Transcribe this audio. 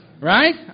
Right